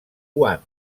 quan